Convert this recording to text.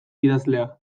idazlea